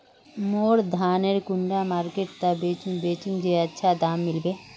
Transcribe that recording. मोर धानेर कुंडा मार्केट त बेचुम बेचुम जे अच्छा दाम मिले?